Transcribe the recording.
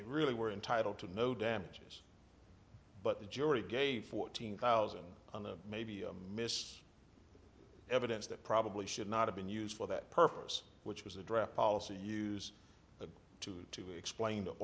they really were entitled to no damages but the jury gave fourteen thousand maybe miss evidence that probably should not have been used for that purpose which was a draft policy use that to to explain th